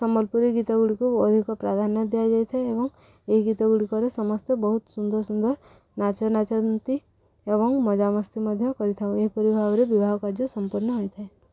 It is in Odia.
ସମ୍ବଲପୁରୀ ଗୀତ ଗୁଡ଼ିକୁ ଅଧିକ ପ୍ରାଧାନ୍ୟ ଦିଆଯାଇଥାଏ ଏବଂ ଏହି ଗୀତ ଗୁଡ଼ିକରେ ସମସ୍ତେ ବହୁତ ସୁନ୍ଦର ସୁନ୍ଦର ନାଚ ନାଚନ୍ତି ଏବଂ ମଜାମସ୍ତି ମଧ୍ୟ କରିଥାଉ ଏହିପରି ଭାବରେ ବିବାହ କାର୍ଯ୍ୟ ସମ୍ପୂର୍ଣ୍ଣ ହୋଇଥାଏ